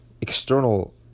external